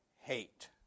hate